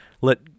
let